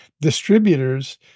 distributors